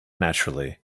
naturally